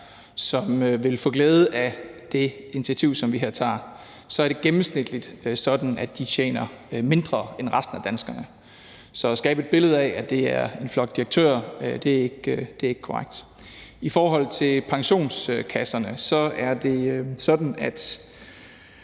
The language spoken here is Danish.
som vil få glæde af det initiativ, som vi her tager, så er det gennemsnitligt sådan, at de tjener mindre end resten af danskerne. Så at skabe et billede af, at det er en flok direktører, er ikke korrekt. I forhold til pensionskasserne er det sådan, at